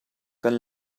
kan